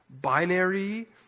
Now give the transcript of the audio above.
Binary